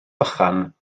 vychan